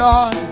God